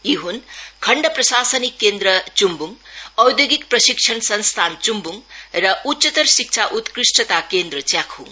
यी हुन् खण्ड प्रशासनिक केन्द्र चुम्बुङ औद्योगिक प्रशिक्षण संस्थान चुम्बुङ र उच्चतर उत्कृष्टता केन्द्र च्याखुङ